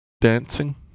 dancing